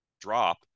drop